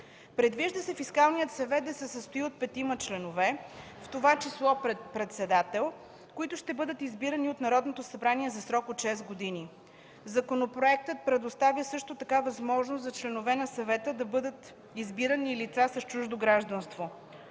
Предвижда се Фискалният съвет да се състои от петима членове, в това число председател, които ще бъдат избирани от Народното събрание за срок шест години. Законопроектът предоставя също така възможност за членове на Съвета да бъдат избирани и лица с чуждо гражданство.